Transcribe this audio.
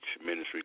ministry